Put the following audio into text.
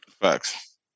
Facts